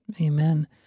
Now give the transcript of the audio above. Amen